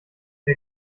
der